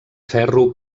ferro